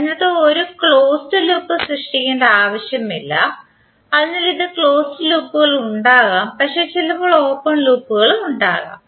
അതിനർത്ഥം ഇത് ഒരു ക്ലോസ്ഡ് ലൂപ്പ് സൃഷ്ടിക്കേണ്ട ആവശ്യമില്ല അതിനാൽ ഇതിന് ക്ലോസ്ഡ് ലൂപ്പുകൾ ഉണ്ടാകാം പക്ഷേ ചില ഓപ്പൺ ലൂപ്പുകളും ഉണ്ടാകാം